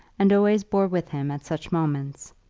and always bore with him at such moments,